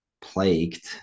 plagued